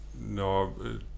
No